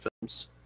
films